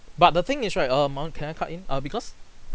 but the thing is right err mind can I cut in err because